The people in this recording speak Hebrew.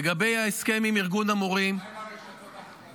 לגבי ההסכם עם ארגון המורים --- מה עם הרשתות החברתיות?